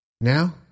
Now